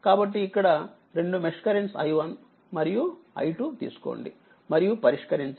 కాబట్టిఇక్కడరెండు mesh currents i1 మరియు i2 తీసుకోండి మరియు పరిష్కరించండి